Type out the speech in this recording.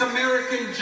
American